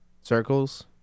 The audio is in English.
circles